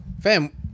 Fam